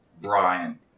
Brian